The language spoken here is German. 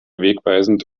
wegweisend